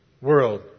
world